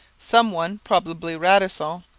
some one, probably radisson,